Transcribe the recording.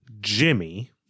Jimmy